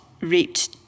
raped